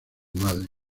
madre